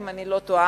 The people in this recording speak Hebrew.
אם איני טועה,